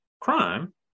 crime